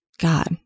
God